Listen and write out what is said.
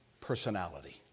personality